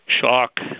Shock